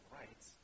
rights